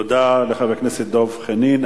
תודה לחבר הכנסת דב חנין.